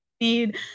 need